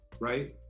right